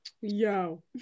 Yo